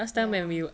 ya